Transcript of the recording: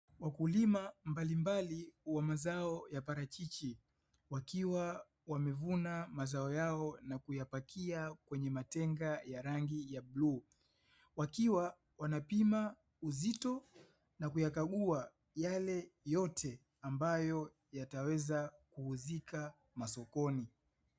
Wakulima mbalimbali wa mazao ya parachichi, wakiwa wamevuna mazao yao na kuyapakia kwenye matenga ya rangi ya bluu, wakiwa wanapima uzito na kuyakagua yale yote ambayo yataweza kuuzika masokoni.